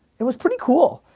it was pretty cool.